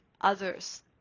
others